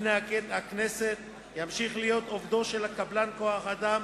בפני הכנסת ימשיך להיות עובדו של קבלן כוח-האדם